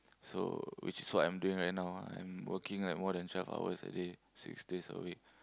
so which is what I'm doing right now I'm working like more than twelve hours a day six days a week